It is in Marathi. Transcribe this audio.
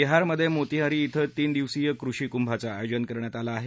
बिहारमध्ये मोतीहारी ॐ तीन दिवसीय कृषी कुंभाचं आयोजन करण्यात आलं आहे